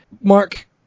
Mark